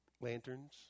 lanterns